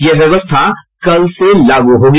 यह व्यवस्था कल से लागू होगी